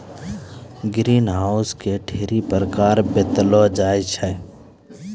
green house के ढ़ेरी प्रकार बतैलो जाय छै